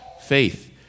faith